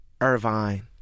Irvine